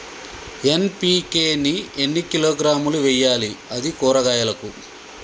NPK ని ఎన్ని కిలోగ్రాములు వెయ్యాలి? అది కూరగాయలకు?